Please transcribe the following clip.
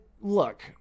Look